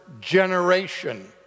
generation